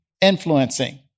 influencing